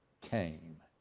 came